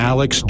Alex